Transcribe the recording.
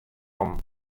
nommen